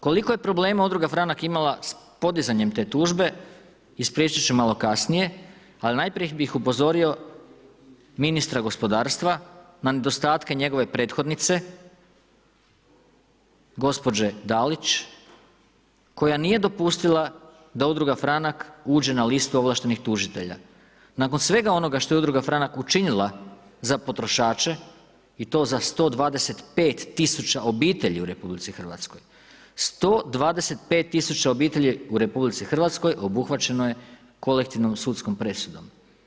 Koliko je problema udruga Franak imala s podizanjem te tužbe ispričati ću malo kasnije, ali najprije bih upozorio ministra gospodarstva na nedostatke njegove prethodnice, gospođe Dalić, koja nije dopustila da udruga Franak uđe na listu ovlaštenih tužitelja, nakon svega onoga što je udruga Franak učinila za potrošače i to za 125 tisuća obitelji u RH, 125 tisuća u RH obuhvaćeno je kolektivnom sudskom presudom.